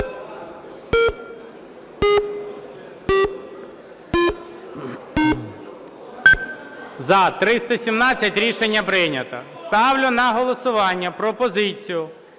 За-317 Рішення прийнято. Ставлю на голосування пропозицію